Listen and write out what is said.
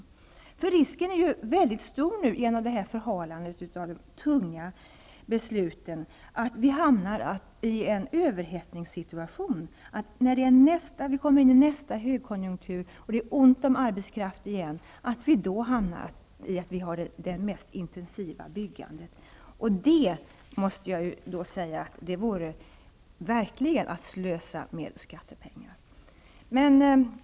På grund av förhalandet av de tunga besluten är risken stor att det blir en överhettningssituation. I nästa högkonjunktur och då det är ont om arbetskraft igen kan vi hamna i en situation med det mest intensiva byggandet. Det vore verkligen att slösa med skattepengar.